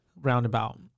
roundabout